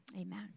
Amen